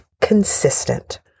consistent